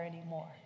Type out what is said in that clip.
anymore